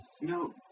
No